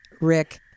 Rick